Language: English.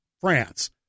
France